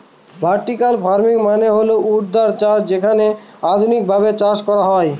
vertical farming মানে হল ঊর্ধ্বাধ চাষ যেখানে আধুনিকভাবে চাষ করা হয়